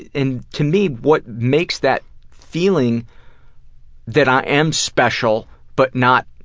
and to me, what makes that feeling that i am special but not